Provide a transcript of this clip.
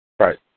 Right